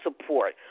Support